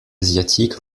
asiatique